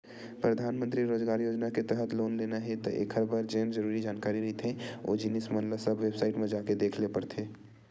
परधानमंतरी रोजगार योजना के तहत लोन लेना हे त एखर बर जेन जरुरी जानकारी रहिथे ओ जिनिस मन ल सब बेबसाईट म जाके देख ल परथे